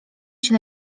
się